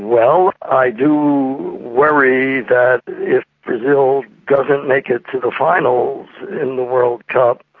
well, i do worry that if brazil doesn't make it to the finals in the world cup,